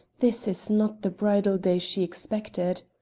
this is not the bridal day she expected.